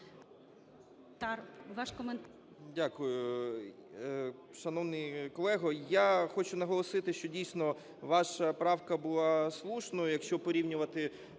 Дякую. Шановний колего, я хочу наголосити, що, дійсно, ваша правка була слушною, якщо порівнювати